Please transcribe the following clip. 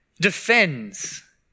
defends